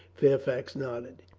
fair fax nodded.